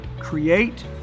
Create